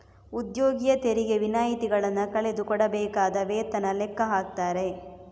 ಉದ್ಯೋಗಿಯ ತೆರಿಗೆ ವಿನಾಯಿತಿಗಳನ್ನ ಕಳೆದು ಕೊಡಬೇಕಾದ ವೇತನ ಲೆಕ್ಕ ಹಾಕ್ತಾರೆ